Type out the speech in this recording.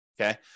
okay